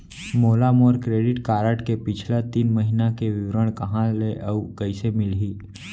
मोला मोर credit card के पिछला तीन महीना के विवरण कहाँ ले अऊ कइसे मिलही?